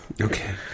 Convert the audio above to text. Okay